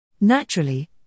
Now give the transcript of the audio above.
Naturally